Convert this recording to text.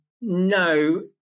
no